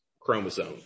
chromosome